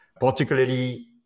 particularly